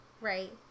right